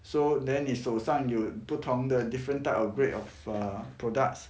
so then 你手上有不同的 different type of grade of err products